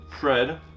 Fred